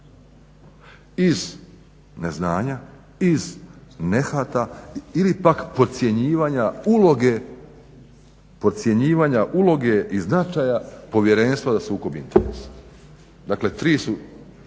iz neznanja, iz nehata ili pak podcjenjivanja uloge i značaja Povjerenstva za sukob interesa. Dakle tri su